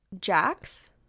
Jack's